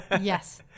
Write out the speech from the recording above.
Yes